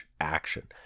action